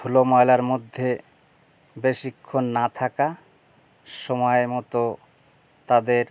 ধুলো ময়লার মধ্যে বেশিক্ষণ না থাকা সময়মতো তাদের